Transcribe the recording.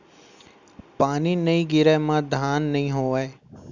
पानी नइ गिरय म धान नइ होवय